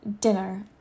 dinner